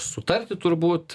sutarti turbūt